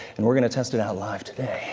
and we're going to test it out live